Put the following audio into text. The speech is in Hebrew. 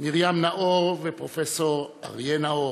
מרים נאור ופרופ' אריה נאור,